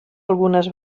algunes